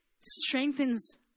strengthens